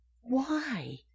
Why